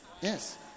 Yes